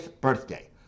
birthday